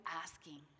asking